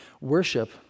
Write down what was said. Worship